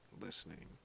listening